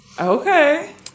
Okay